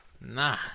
Nah